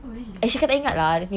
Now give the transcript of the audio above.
oh really